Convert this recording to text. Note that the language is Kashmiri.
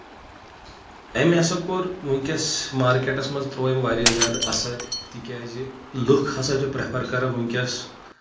أمۍ ہسا کوٚر وٕنکیٚس مارکیٹس منٛز تروو أمۍ واریاہ زیادٕ اثر تِکیازِ لُکھ ہسا چھِ پریفر کران وٕنکیٚس